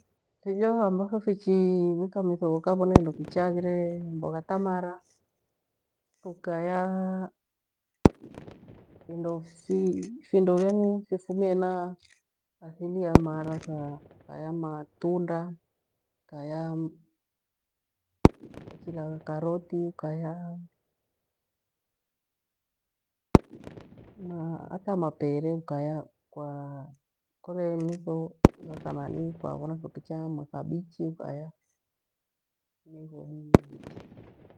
Vijo ambavyo vichavicha mitho ghavone kindo kicha haghire mbogha ta mara ukaya vindo vivumie hena athili ya mara tha matunda ukaya vachiilagha karoti ukayamapere ukaya, kwa kole mitho ghakianinii kwavona kindo kicha hata makabichi ukaya nagho ni mecha.